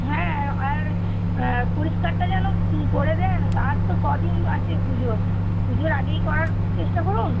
হ্যাঁ আর পরিষ্কারটা যেন করে দেয় আর তো কদিন বাকি পুজোর পুজোর আগেই করার চেষ্টা করুন